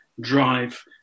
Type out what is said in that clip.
drive